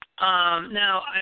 Now